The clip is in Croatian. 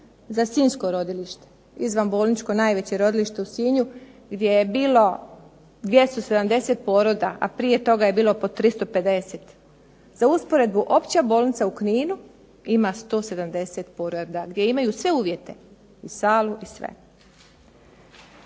za sinjsko rodilište, izvanbolničko najveće rodilište u Sinju gdje je bilo 270 poroda, a prije toga je bilo po 350. Za usporedbu, Opća bolnica u Kninu ima 170 poroda gdje imaju sve uvjete, i salu i sve.